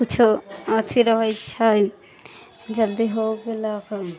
किछु अथी रहै छै जल्दी हो गेलापर